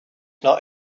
not